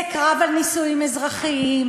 זה קרב על נישואים אזרחיים,